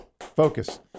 focus